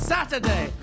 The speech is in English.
Saturday